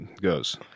goes